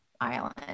island